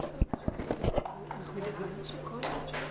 אני חושבת שנכון לשמוע